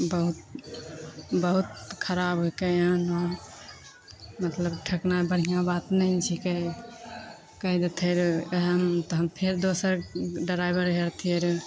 बहुत बहुत खराब हिकै एहन ओहन मतलब ठकनाइ बढ़िआँ बात नहि ने छिकै कहि देतै रहै वएह हम फेर दोसर ड्राइवर कै लेतिए रहै